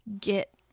get